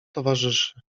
towarzyszy